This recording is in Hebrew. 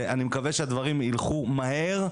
אני מקווה שהדברים ילכו מהר.